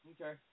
Okay